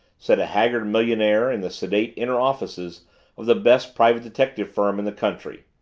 said a haggard millionaire in the sedate inner offices of the best private detective firm in the country.